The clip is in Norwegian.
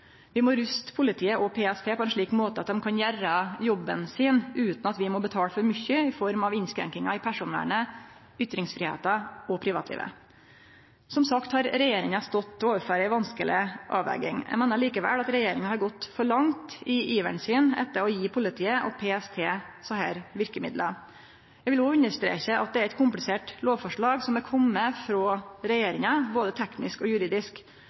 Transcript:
Vi må ruste politiet og PST på ein slik måte at dei kan gjere jobben sin utan at vi må betale for mykje i form av innskrenkingar i personvernet, ytringsfridomen og privatlivet. Som sagt har regjeringa stått overfor ei vanskeleg avveging. Eg meiner likevel at regjeringa har gått for langt i sin iver etter å gje politiet og PST desse verkemidla. Eg vil òg understreke at det er eit komplisert lovforslag som er kome frå regjeringa, både teknisk og juridisk.